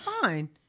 fine